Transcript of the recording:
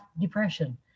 depression